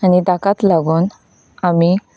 आनी ताकाच लागून आमी